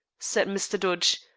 said mr. dodge,